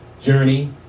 journey